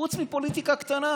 חוץ מפוליטיקה קטנה: